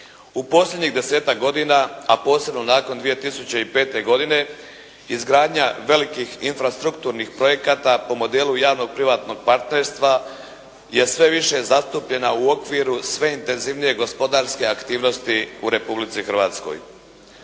U posljednjih desetak godina, a posebno nakon 2005. godine, izgradnja velikih infrastrukturnih projekata po modelu javno-privatnog partnerstva je sve više zastupljena u okviru sve intenzivnije gospodarske aktivnosti u Republici Hrvatskoj.